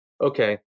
Okay